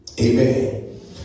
Amen